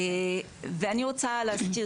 ואני רוצה להזכיר,